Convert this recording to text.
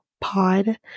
Pod